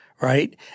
right